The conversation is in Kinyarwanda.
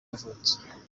yavutse